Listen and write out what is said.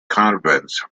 convents